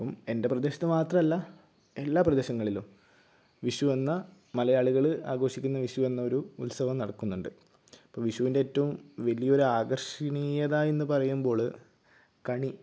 എൻ്റെ പ്രദേശത്ത് മാത്രമല്ല എല്ലാ പ്രദേശങ്ങളിലും വിഷു എന്ന മലയാളികൾ ആഘോഷിക്കുന്ന വിഷു എന്നൊരു ഉത്സവം നടക്കുന്നുണ്ട് ഇപ്പോൾ വിഷുവിൻ്റെ ഏറ്റവും വലിയ ഒരു ആകർഷിണീയത എന്ന് പറയുമ്പോൾ കണി